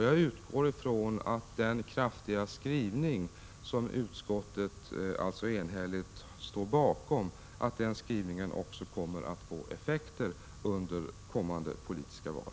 Jag utgår ifrån att den kraftiga skrivning som utskottet enhälligt står bakom kommer att få effekter under kommande politiska val.